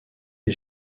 est